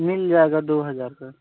मिल जाएगा दो हज़ार का